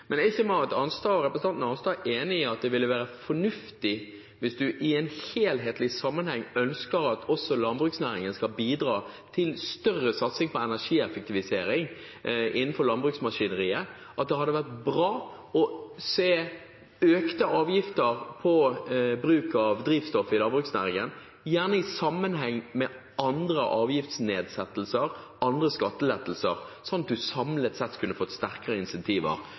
Men er ikke representanten Arnstad enig i at det ville være fornuftig hvis en ut fra en helhetlig sammenheng ønsket at også landbruksnæringen skulle bidra til større satsing på energieffektivisering innenfor landbruksmaskineriet, å se økte avgifter på drivstoff i landbruksnæringen gjerne i sammenheng med andre avgiftsnedsettelser, andre skattelettelser, sånn at en samlet sett kunne fått sterkere